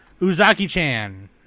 Uzaki-chan